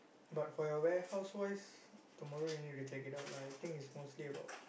but for your warehouse wise tomorrow you need to check it out lah I think is mostly about